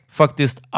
faktiskt